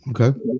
Okay